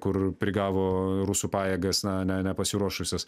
kur prigavo rusų pajėgas na ne nepasiruošusias